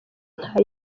nka